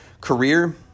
career